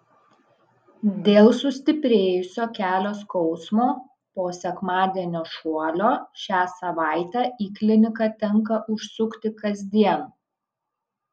dėl sustiprėjusio kelio skausmo po sekmadienio šuolio šią savaitę į kliniką tenka užsukti kasdien